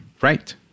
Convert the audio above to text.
right